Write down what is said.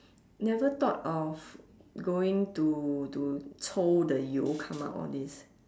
never thought of going to to 抽：chou the 油：you come out all this